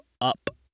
up